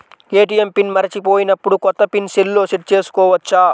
ATM pin మరచిపోయినప్పుడు, కొత్త pin సెల్లో సెట్ చేసుకోవచ్చా?